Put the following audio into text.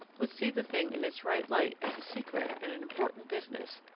would see the thing in its right light as a secret and an important business,